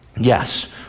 Yes